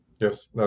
Yes